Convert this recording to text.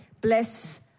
bless